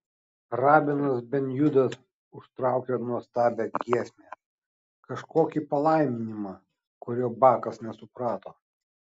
rabinas ben judas užtraukė nuostabią giesmę kažkokį palaiminimą kurio bakas nesuprato